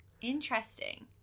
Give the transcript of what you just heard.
Interesting